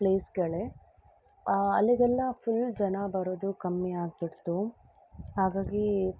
ಪ್ಲೇಸ್ಗಳೇ ಅಲ್ಲಿಗೆಲ್ಲ ಫುಲ್ ಜನ ಬರೋದು ಕಮ್ಮಿ ಆಗ್ತಿತ್ತು ಹಾಗಾಗಿ